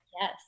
yes